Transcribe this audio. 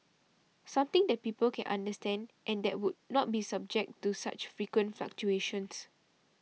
something that people can understand and that would not be subject to such frequent fluctuations